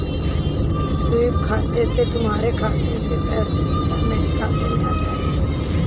SVEEP खाते से तुम्हारे खाते से पैसे सीधा मेरे खाते में आ जाएंगे